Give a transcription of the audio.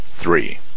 Three